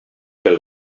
pel